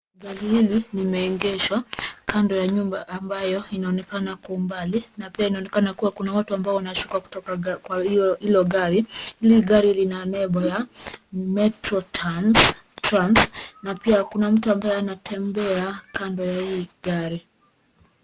Gari hili limeegeshwa kando ya nyumba ambayo inaonekana kwa umbali na pia inaonekana kuwa kuna watu ambao wanashuka kutoka kwa hilo gari. Hili gari lina nembo ya Metro Trans Trans na pia kuna mtu ambaye anatembea kando ya hii gari.